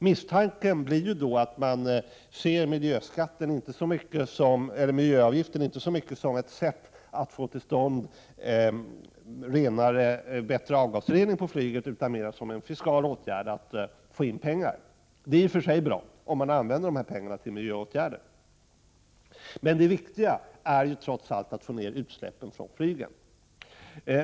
Misstanken blir att miljöavgiften inte ses så mycket som ett sätt att få till stånd en bättre avgasrening på flyget utan mer som en fiskal åtgärd att få in pengar. Det är i och för sig bra, om pengarna används till miljöåtgärder. Det viktiga är trots allt att minska utsläppen från flyget.